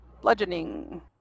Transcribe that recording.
bludgeoning